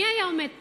מי היה עומד פה,